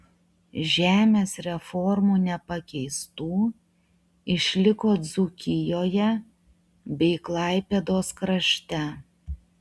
žemės reformų nepakeistų išliko dzūkijoje bei klaipėdos krašte